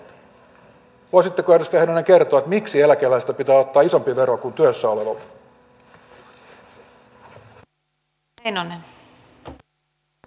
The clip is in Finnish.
voisitteko edustaja heinonen kertoa miksi eläkeläisiltä pitää ottaa isompi vero kuin työssä olevilta